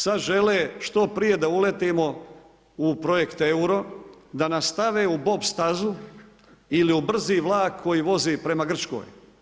Sada žele što prije da uletimo u projekt euro, da nas stave u bob stazu ili u brzi vlak koji vozi prema Grčkoj.